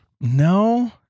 No